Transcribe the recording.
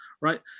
right